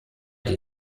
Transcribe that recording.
die